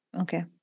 Okay